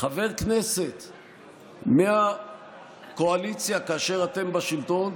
חבר כנסת מהקואליציה, כאשר אתם בשלטון,